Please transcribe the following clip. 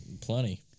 Plenty